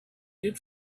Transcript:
did